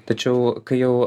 tačiau kai jau